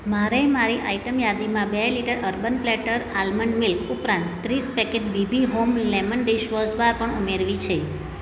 મારે મારી આઈટમ યાદીમાં બે litre urban platter almond milk ઉપરાંત ત્રીસ packet BB home lemon dish wash bar પણ ઉમેરવી છે